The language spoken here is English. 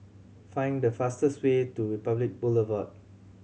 find the fastest way to Republic Boulevard